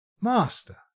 master